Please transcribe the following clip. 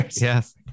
Yes